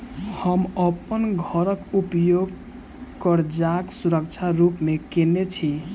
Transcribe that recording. हम अप्पन घरक उपयोग करजाक सुरक्षा रूप मेँ केने छी